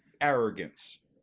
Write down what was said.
arrogance